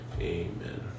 amen